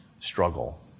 struggle